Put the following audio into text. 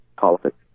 politics